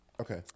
Okay